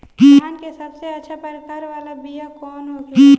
धान के सबसे अच्छा प्रकार वाला बीया कौन होखेला?